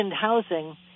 housing